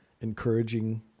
encouraging